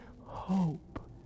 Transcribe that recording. hope